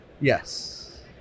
Yes